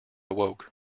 awoke